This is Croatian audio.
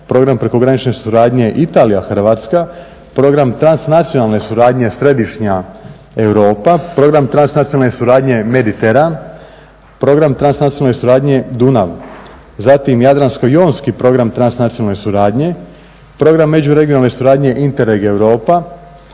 Program prekogranične suradnje Italija-Hrvatska, Program transnacionalne suradnje središnja Europa, Program transnacionalne suradnje Mediteran, Program transnacionalne suradnje Dunav, zatim Jadransko-jonski program transnacionalne suradnje, Program međuregionalne suradnje INTERREG Europa,